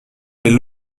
les